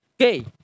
Okay